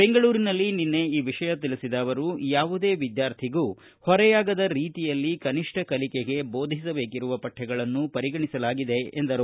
ಬೆಂಗಳೂರಿನಲ್ಲಿ ನಿನ್ನೆ ಈ ವಿಷಯ ತಿಳಿಸಿದ ಅವರು ಯಾವುದೇ ವಿದ್ಯಾರ್ಥಿಗೂ ಹೊರೆಯಾಗದ ರೀತಿಯಲ್ಲಿ ಕನಿಷ್ಟ ಕಲಿಕೆಗೆ ಬೋಧಿಸಬೇಕಿರುವ ಪಠ್ಚಗಳನ್ನು ಪರಿಗಣಿಸಲಾಗಿದೆ ಎಂದರು